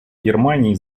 германии